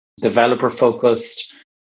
developer-focused